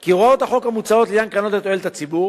כי הוראות החוק המוצעות לעניין קרנות לתועלת הציבור